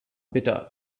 bitter